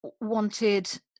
wanted